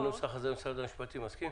אם הנוסח הזה משרד המשפטים מסכים?